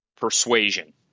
persuasion